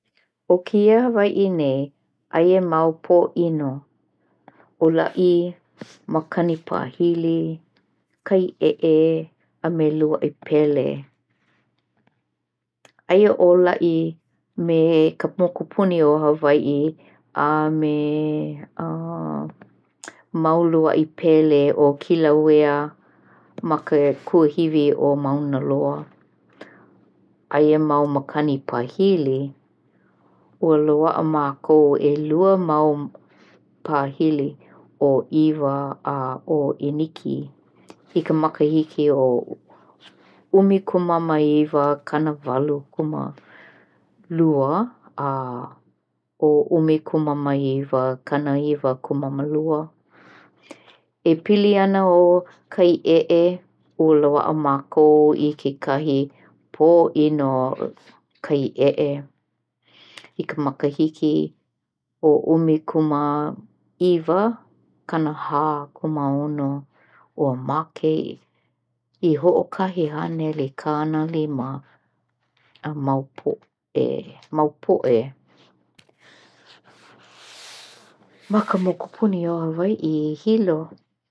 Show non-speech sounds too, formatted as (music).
ʻO kēia Hawaiʻi nei, aia mau pōʻino-ʻōlaʻi, makani pāhili, kai eʻe a me luaʻi Pele. Aia ʻōlaʻi ma ka mokupuni o Hawaiʻi a a me mau luaʻi pele o Kilauea ma ke kuahiwi o Maunaloa. Aia mau makani pāhili, ua loaʻa mākou i ʻelua makani pāhili ʻo ʻIwa a ʻo Iniki i ka makahiki o ʻumkumāmāiwakanawalukumālua. E piliana o kai eʻe, ua loaʻa mākou i kekahi pōʻino kai eʻe i ka makahiki o ʻumkumāiwakanahākumāmāono. Ua make i hoʻokahi hanelikanalima mau poʻe mau poʻe (thinking) ma ka mokupuni o Hawaiʻi i Hilo.